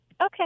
Okay